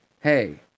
Hey